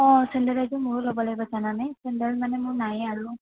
অঁ চেণ্ডেল এযোৰ ময়ো ল'ব লাগিব জানানে চেণ্ডেল মানে মোৰ নায়েই আৰু